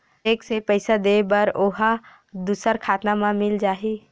Cheque से पईसा दे बर ओहा दुसर खाता म मिल जाही?